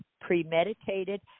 premeditated